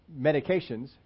medications